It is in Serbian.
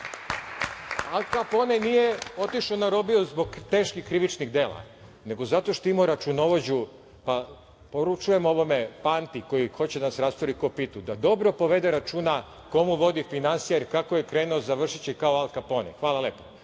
Al Kapone nije otišao na robiju zbog teških krivičnih dela, nego zato što je imao računovođu. Poručujem ovom Panti koji hoće da nas rasturi ko pitu, da dobro povede računa ko mu vodi finansije, jer kako je krenuo završiće kao Al Kapone. Hvala. Još